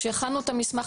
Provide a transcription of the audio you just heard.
כשהכנו את המסמך,